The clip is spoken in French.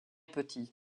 petit